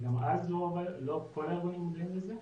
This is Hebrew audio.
וגם אז לא כל הארגונים מודעים לזה.